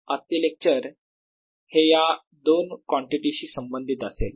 आजचे लेक्चर हे या दोन कॉन्टिटी शी संबंधित असेल